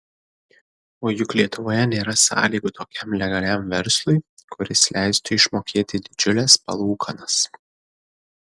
o juk lietuvoje nėra sąlygų tokiam legaliam verslui kuris leistų išmokėti didžiules palūkanas